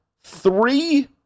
three